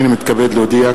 הנני מתכבד להודיע,